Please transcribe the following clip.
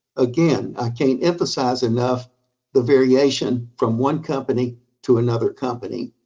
again, i can't emphasize enough the variation from one company to another company.